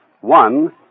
One